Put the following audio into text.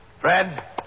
Fred